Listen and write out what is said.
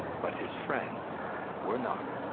but his friends were not.